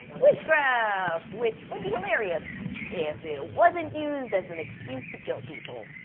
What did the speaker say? witchcraft. which would be hilarious if it wasn't used as an excuse to kill people.